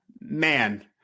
Man